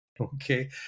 Okay